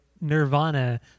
Nirvana